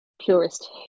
purest